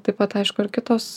taip pat aišku ar kitos